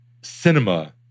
cinema